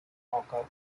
honker